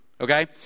Okay